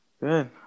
Good